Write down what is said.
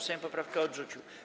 Sejm poprawkę odrzucił.